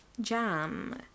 jam